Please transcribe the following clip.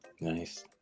Nice